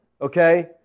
okay